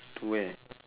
to where